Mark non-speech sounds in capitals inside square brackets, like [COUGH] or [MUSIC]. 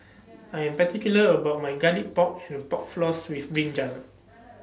I Am particular about My Garlic Pork and Pork Floss with Brinjal [NOISE]